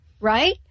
right